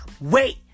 wait